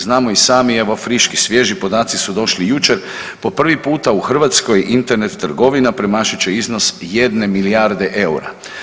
Znamo i samo evo friški, svježi podaci su došli jučer, po prvi puta u Hrvatskoj Internet trgovina premašit će iznos jedne milijarde EUR-a.